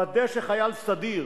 ודא שחייל סדיר